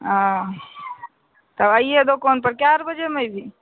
ओ तब अयहे दोकान पर कए आर बजेमे एबही